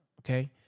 Okay